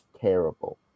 terrible